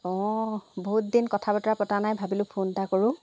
অঁ বহুত দিন কথা বতৰা পতা নাই ভাবিলোঁ ফোন এটা কৰোঁ